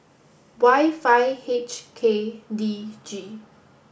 Y five H K D G